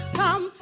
come